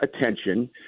attention